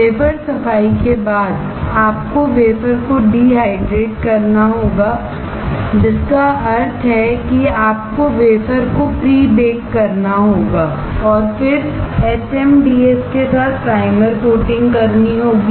wafer सफाई के बाद आपको वेफर को डिहाइड्रेट करना होगा जिसका अर्थ है कि आपको वेफर को प्री बेक करना होगा और फिर एचएमडीएस के साथ प्राइमर कोटिंग करनी होगी